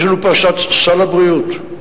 יש לנו פרשת סל הבריאות.